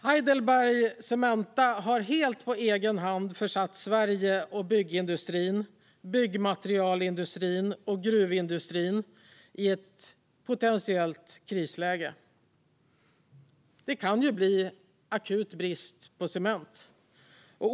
Heidelberg Cement har helt på egen hand försatt Sverige och byggindustrin, byggmaterialindustrin och gruvindustrin i ett potentiellt krisläge. Det kan nu bli akut brist på cement.